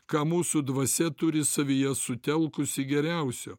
ką mūsų dvasia turi savyje sutelkusi geriausio